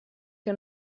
que